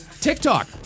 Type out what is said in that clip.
TikTok